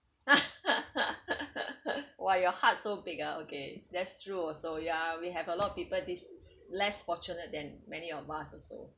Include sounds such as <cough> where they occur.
<laughs> !wow! your heart so big ah okay that's true also yeah we have a lot of people this less fortunate than many of us also